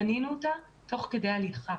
בנינו את הנוסחה תוך כדי תנועה.